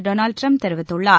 Donald Trump தெரிவித்துள்ளார்